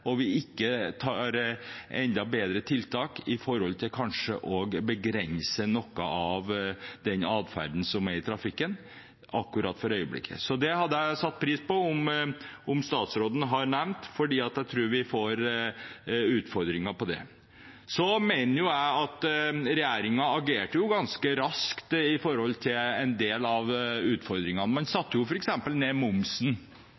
kanskje å begrense noe av den adferden som er i trafikken for øyeblikket. Jeg hadde satt pris på om statsråden kunne si noe om dette, for jeg tror vi får utfordringer med det. Jeg mener at regjeringen agerte ganske raskt på en del av utfordringene. For eksempel satte man